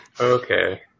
Okay